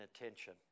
attention